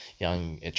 Young